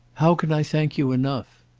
how can i thank you enough?